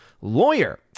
Lawyer